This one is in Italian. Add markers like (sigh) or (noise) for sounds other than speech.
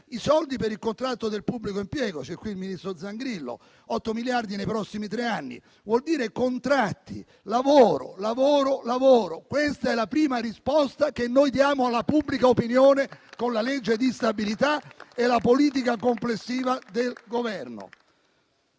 i soldi per il contratto del pubblico impiego - c'è qui il ministro Zangrillo - sono pari a otto miliardi nei prossimi tre anni. Ciò vuol dire contratti: lavoro, lavoro, lavoro. Questa è la prima risposta (applause) che noi diamo alla pubblica opinione con la legge di stabilità e la politica complessiva del Governo.